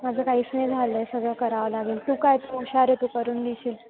माझं काहीच नाही झालं आहे सगळं करावं लागेल तू काय तू हुशार आहे तू करून घेशील